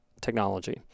technology